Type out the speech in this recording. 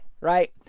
right